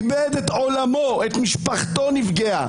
איבד את עולמו, את משפחתו שנפגעה.